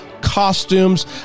costumes